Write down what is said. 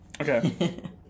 okay